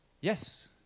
Yes